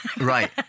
Right